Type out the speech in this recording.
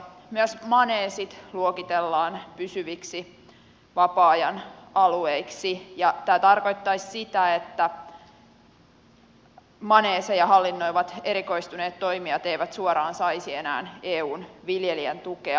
myös maneesit luokitellaan pysyviksi vapaa ajan alueiksi ja tämä tarkoittaisi sitä että maneeseja hallinnoivat erikoistuneet toimijat eivät suoraan saisi enää eun viljelijätukea